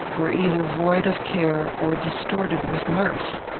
were either void of care or distorted with mirth.